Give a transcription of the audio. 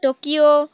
Tokyo